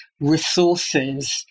resources